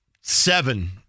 seven